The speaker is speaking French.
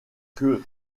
que